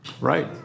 Right